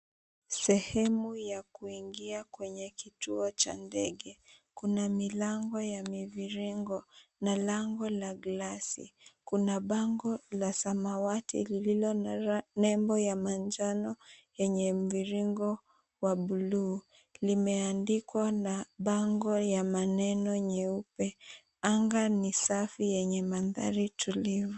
Sehemu ya kuingia kwenye kituo cha ndege kuna milango ya miviringo na lango la glasi, kuna bango la samawati lililo na nembo ya manjano lenye mviringo wa bluu limeandikwa na bango ya maneno nyeupe, anga ni safi yenye mandhari tulivu.